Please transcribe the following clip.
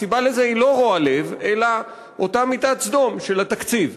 הסיבה לזה היא לא רוע לב אלא אותה מיטת סדום של התקציב.